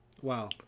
Wow